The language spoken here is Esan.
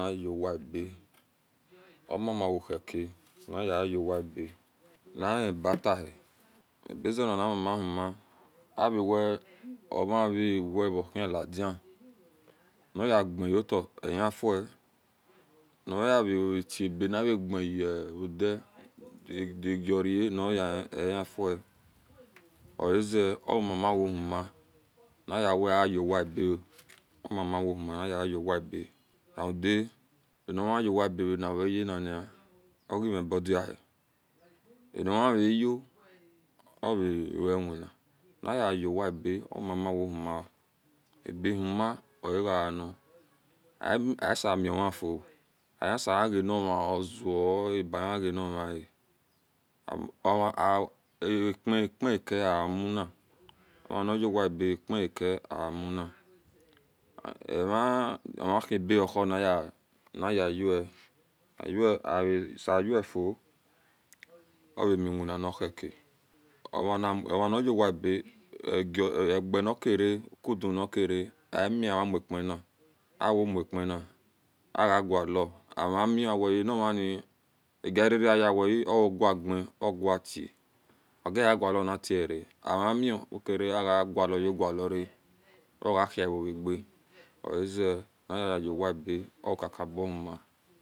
Nahuowaebe omama uhoheke nyeowaebe nanibitehie abaze ninamaman uhorn avawe omavawe ovohilidia niyagen yota ehifue ovoyavati ebe navegn udie agira noyen eyafa oaze omamawohuma nayawe avowa ebe omama wohuma nayaua ebe nadada anaveuwa ebe nahiyenan omiobovihie aninuau oawewina nawyeuwo ebe owomama wohuma abehuma oagena asamimafui ahiesagenma ozio oebahiganima a apnka amuna omaniyowa ebe apnka amuna omahaebeohi oiya niyaue avsoufuo ova miwina noheka omaniyowia ebe egie nikam re kudimu kera ami amimu na awaupnka na avagula amimio awae animini oveuge ouata wogiyala nayetwa ra amami agulalugebra oahivoage oaie niyayowa ebe okakaboauma